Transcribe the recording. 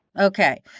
Okay